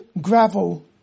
gravel